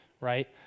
right